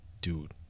Dude